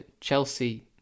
Chelsea